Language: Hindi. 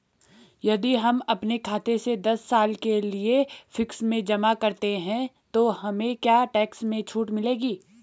यदि हम अपने खाते से दस साल के लिए फिक्स में जमा करते हैं तो हमें क्या टैक्स में छूट मिलेगी?